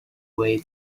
way